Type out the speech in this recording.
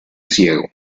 ciego